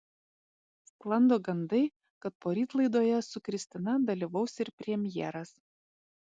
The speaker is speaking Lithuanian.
sklando gandai kad poryt laidoje su kristina dalyvaus ir premjeras